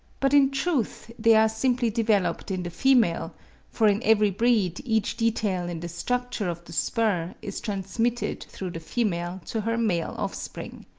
but in truth they are simply developed in the female for in every breed each detail in the structure of the spur is transmitted through the female to her male offspring.